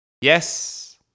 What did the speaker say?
Yes